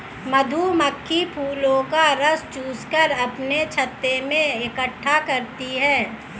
मधुमक्खी फूलों का रस चूस कर अपने छत्ते में इकट्ठा करती हैं